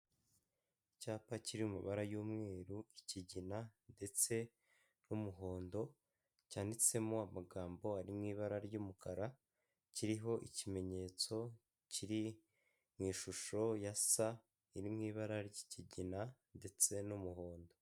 Icyapa kiri mu mabara y'umweru, ikigina ndetse n'umuhondo cyanditsemo amagambo ari mu ibara ry'umukara kiriho ikimenyetso kiri mu ishusho ya sa iri mu ibara ry'ikigina ndetse n'umuhondo.